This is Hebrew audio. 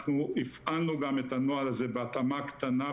אנחנו הפעלנו גם את הנוהל הזה בהתאמה קטנה,